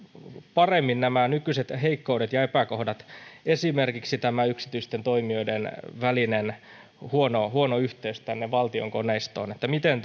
paremmin nykyiset heikkoudet ja epäkohdat esimerkiksi yksityisten toimijoiden välinen huono huono yhteys valtion koneistoon miten